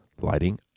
lighting